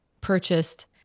purchased